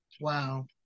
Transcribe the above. Wow